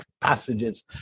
passages